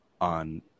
on